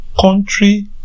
country